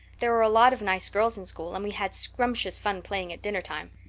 there are a lot of nice girls in school and we had scrumptious fun playing at dinnertime.